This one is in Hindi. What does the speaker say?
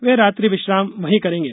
वे रात्रि विश्राम वहीं करेंगे